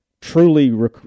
truly